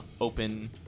open